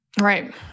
Right